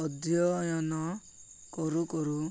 ଅଧ୍ୟୟନ କରୁ କରୁ